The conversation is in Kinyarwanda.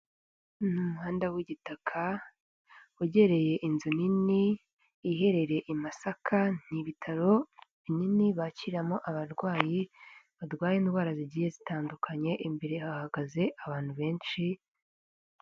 N'umuhanda w'igitaka wegereye inzu nini iherereye i masaka n'ibitaro binini bakiramo abarwayi barwaye indwara zigiye zitandukanye, imbere hahagaze abantu benshi.